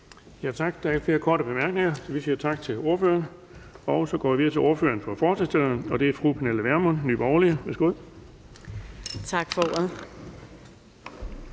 Tak. Der er ikke flere korte bemærkninger. Så vi siger tak til ordføreren, og så går vi videre til ordføreren for forslagsstillerne. Det er fru Pernille Vermund, Nye Borgerlige. Værsgo. Kl.